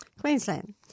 Queensland